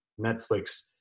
Netflix